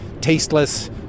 tasteless